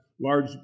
large